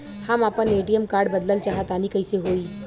हम आपन ATM card बदलल चाह तनि कइसे होई?